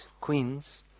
queens